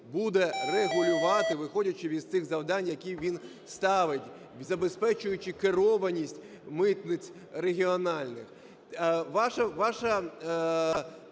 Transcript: буде регулювати, виходячи із цих завдань, які він ставить, забезпечуючи керованість митниць регіональних.